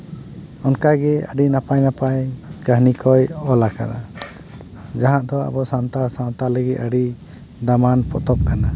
ᱚᱱᱠᱟᱜᱮ ᱟᱹᱰᱤ ᱱᱟᱯᱟᱭ ᱱᱟᱯᱟᱭ ᱠᱟᱹᱦᱱᱤ ᱠᱚᱭ ᱚᱞ ᱠᱟᱫᱟ ᱡᱟᱦᱟᱸ ᱫᱚ ᱟᱵᱚ ᱥᱟᱱᱛᱟᱲ ᱥᱟᱶᱛᱟ ᱞᱟᱹᱜᱤᱫ ᱟᱹᱰᱤ ᱫᱟᱢᱟᱱ ᱯᱚᱛᱚᱵ ᱠᱟᱱᱟ